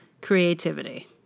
creativity